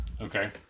Okay